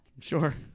Sure